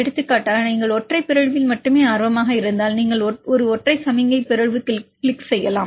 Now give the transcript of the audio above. எடுத்துக்காட்டாக நீங்கள் ஒற்றை பிறழ்வில் மட்டுமே ஆர்வமாக இருந்தால் நீங்கள் ஒரு ஒற்றை சமிக்ஞை பிறழ்வு கிளிக் செய்யலாம்